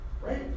Right